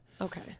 Okay